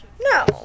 No